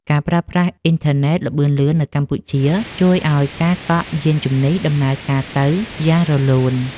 ការប្រើប្រាស់អ៊ីនធឺណិតល្បឿនលឿននៅកម្ពុជា ជួយឱ្យការកក់យានជំនិះដំណើរការទៅយ៉ាងរលូន។